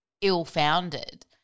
ill-founded